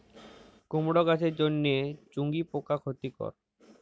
কুমড়ো গাছের জন্য চুঙ্গি পোকা ক্ষতিকর?